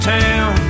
town